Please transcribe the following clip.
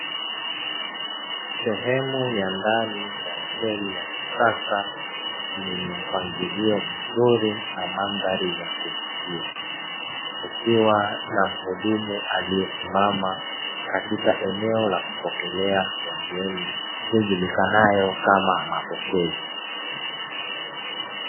Sehemu ya ndani ya hoteli ya kisasa yenye mpangilio mzuri na mandhari ya kuvutia. Kukiwa na mhudumu aliyesimama katika eneo la kuogelea wageni lijulikanayo kama mapokezi.